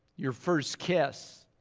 your first kiss.